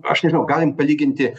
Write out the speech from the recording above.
aš nežinau galim palyginti